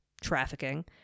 trafficking